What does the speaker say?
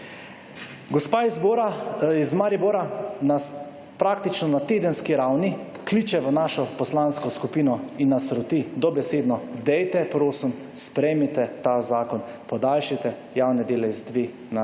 Gospa iz Maribora nas praktično na tedenski ravni kliče v našo poslansko skupino in nas roti, dobesedno, dejte prosim, sprejmite ta zakon, podaljšajte javne dele iz dve ne